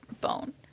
bone